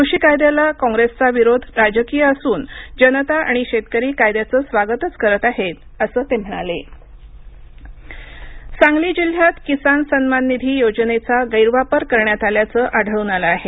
कृषी कायद्याला काँग्रेसचा विरोध राजकीय असून जनता आणि शेतकरी कायद्याचं स्वागतच करत आहेत असं ते म्हणाले किसान सन्मान निधी सांगली जिल्ह्यात किसान सन्मान निधी योजनेचा गैरवापर करण्यात आल्याचं आढळून आलं आहे